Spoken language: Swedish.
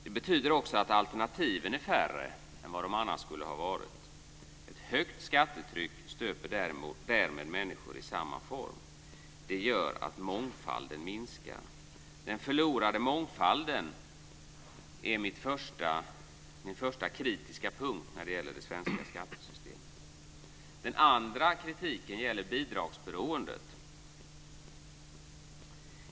Det betyder också att alternativen är färre än vad de annars skulle ha varit. Ett högt skattetryck stöper därmed människor i samma form. Det gör att mångfalden minskar. Den förlorade mångfalden är min första kritiska punkt när det gäller det svenska skattesystemet. Den andra kritiken gäller bidragsberoendet.